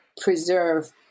preserve